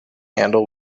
handle